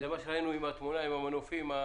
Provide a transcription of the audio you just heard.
מה שראינו עם המנופים בתמונה?